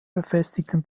befestigten